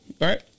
Right